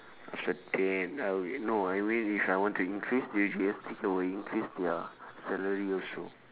after that I will no I mean if I want to increase the G_S_T I will increase their salary also